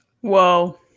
Whoa